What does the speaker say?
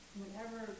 whenever